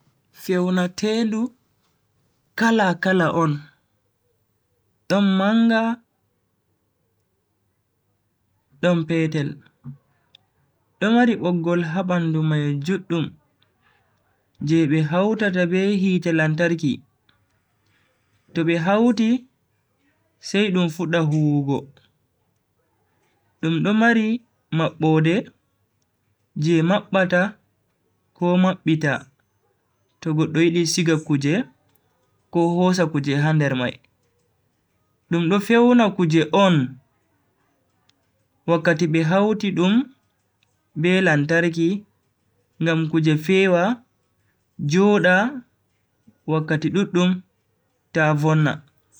Fewnatendu kala-kala on, don manga don petel, do mari boggol ha bandu mai juddum je be hautata be hite lantarki, to be hauti sai dum fudda huwugo. dum do mari mabbode je mabbata ko mabbita to goddo yidi siga kuje ko hosa kuje ha nder mai. dum do fewna kuje on wakkati be hauti dum b lantarki ngam kuje feewa, joda wakkati duddum ta vonna.